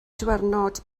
diwrnod